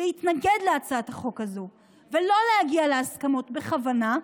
להתנגד להצעת החוק הזו ולא להגיע להסכמות בכוונה,